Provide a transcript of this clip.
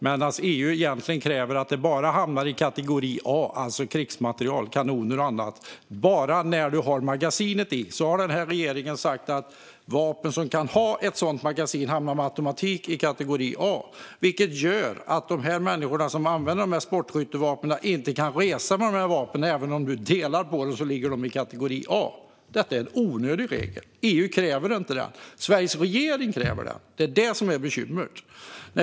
Medan EU egentligen kräver att de hamnar i kategori A - krigsmateriel, kanoner och annat - bara när magasinet är i har denna regering sagt att vapen som kan ha ett sådant magasin med automatik hamnar i kategori A. Detta gör att de människor som använder sportskyttevapen inte kan resa med dessa vapen. Även om de delar på dem ligger de i kategori A. Det är en onödig regel. EU kräver inte detta. Sveriges regering kräver det. Det är det som är bekymret.